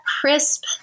crisp